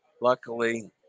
Luckily